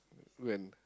when